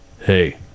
hey